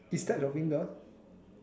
you stab your finger